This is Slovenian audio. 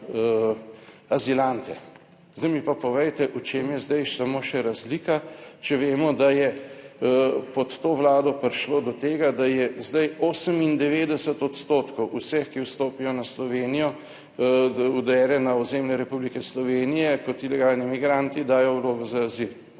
azilante. Zdaj mi pa povejte v čem je zdaj samo še razlika, če vemo, da je pod to Vlado prišlo do tega, da je zdaj 98 odstotkov vseh, ki vstopijo na Slovenijo, udere na ozemlje Republike Slovenije kot ilegalni migranti, dajo vlogo za azil.